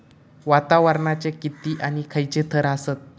वातावरणाचे किती आणि खैयचे थर आसत?